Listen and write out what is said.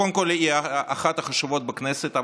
קודם כול היא אחת החשובות בכנסת,